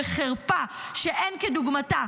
בחרפה שאין כדוגמתה,